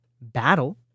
battle